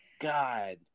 God